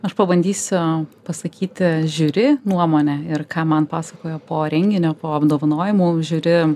aš pabandysiu pasakyti žiuri nuomonę ir ką man pasakojo po renginio po apdovanojimų žiuri